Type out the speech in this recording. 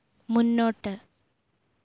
മുന്നോട്ട്